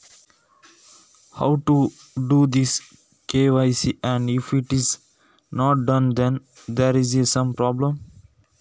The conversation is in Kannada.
ಈ ಕೆ.ವೈ.ಸಿ ಹೇಗೆ ಮಾಡುವುದು ಮತ್ತು ಅದು ಮಾಡದಿದ್ದರೆ ಏನಾದರೂ ತೊಂದರೆ ಉಂಟಾ